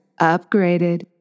upgraded